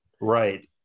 right